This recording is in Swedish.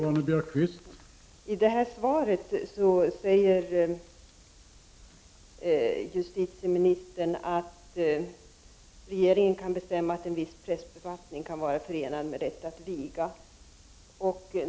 Herr talman! I svaret säger justitieministern att regeringen kan bestämma att en viss prästbefattning kan vara förenad med rätt att viga.